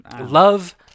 Love